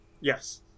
Yes